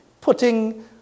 putting